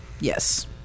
Yes